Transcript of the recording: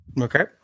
Okay